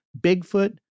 Bigfoot